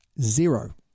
Zero